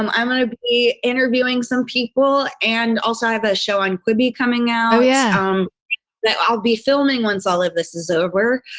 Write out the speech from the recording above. i'm i'm going to be interviewing some people and also have a show on quibi coming out oh yeah um that i'll be filming once all of this is over.